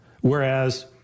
Whereas